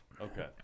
okay